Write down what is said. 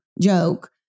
joke